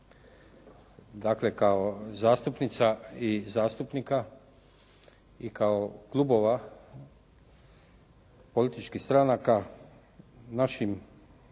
Dakle, kao zastupnica i zastupnika i kao klubova političkih stranaka našim